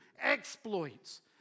Exploits